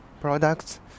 products